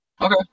Okay